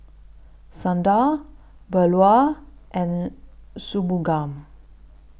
Sundar Bellur and Shunmugam